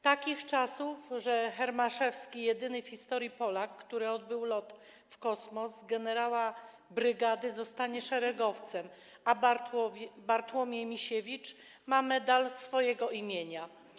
Takich czasów, że Hermaszewski, jedyny w historii Polak, który odbył lot w kosmos, z generała brygady stanie się szeregowcem, a Bartłomiej Misiewicz ma medal swojego imienia.